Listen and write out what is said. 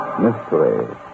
Mystery